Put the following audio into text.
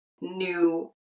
new